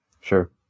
Sure